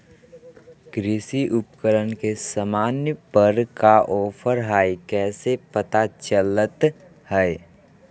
कृषि उपकरण के सामान पर का ऑफर हाय कैसे पता चलता हय?